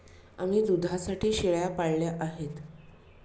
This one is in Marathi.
आम्ही दुधासाठी शेळ्या पाळल्या आहेत